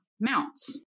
mounts